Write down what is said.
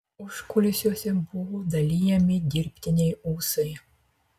užkulisiuose buvo dalijami dirbtiniai ūsai